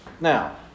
Now